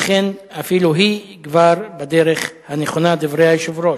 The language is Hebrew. אכן, אפילו היא כבר בדרך הנכונה, דברי היושב-ראש.